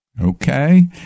Okay